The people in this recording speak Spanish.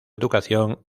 educación